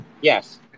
Yes